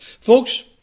Folks